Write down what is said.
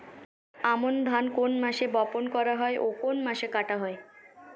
আমন ধান কোন মাসে বপন করা হয় ও কোন মাসে কাটা হয়?